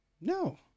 No